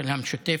של המשותפת,